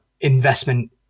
investment